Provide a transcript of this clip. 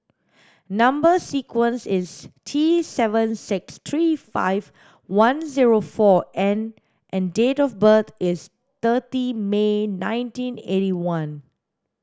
number sequence is T seven six three five one zero four N and date of birth is thirty May nineteen eighty one